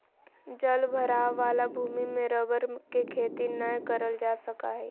जल भराव वाला भूमि में रबर के खेती नय करल जा सका हइ